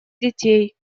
детей